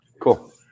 Cool